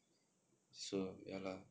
so ya lah